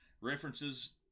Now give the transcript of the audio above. references